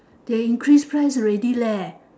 they increase price already leh